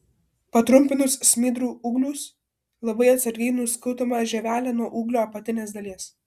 patrumpinus smidrų ūglius labai atsargiai nuskutama žievelė nuo ūglio apatinės dalies